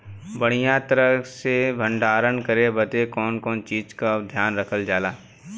बढ़ियां तरह से भण्डारण करे बदे कवने कवने चीज़ को ध्यान रखल जा?